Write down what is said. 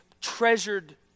treasured